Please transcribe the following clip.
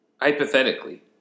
Hypothetically